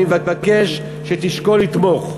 אבקש שתשקול לתמוך.